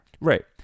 Right